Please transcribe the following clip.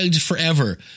forever